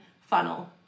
funnel